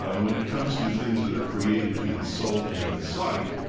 ah when it comes to things that are created to insult and incite,